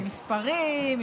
עם מספרים,